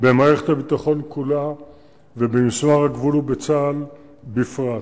במערכת הביטחון כולה ובמשמר הגבול ובצה"ל בפרט.